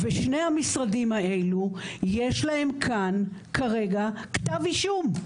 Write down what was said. ושני המשרדים האלו יש להם כאן כרגע כתב אישום.